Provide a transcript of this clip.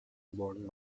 bond